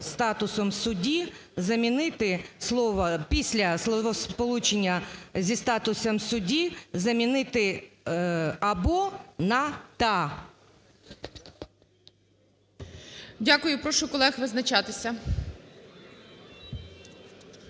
статусом судді" замінити слово… після словосполучення "зі статусом судді" замінити "або" на "та". ГОЛОВУЮЧИЙ. Дякую. Прошу колег визначатися.